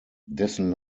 dessen